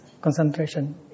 concentration